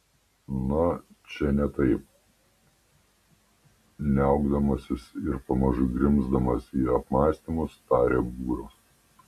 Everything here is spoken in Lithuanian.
na čia ne taip niaukdamasis ir pamažu grimzdamas į apmąstymus tarė būras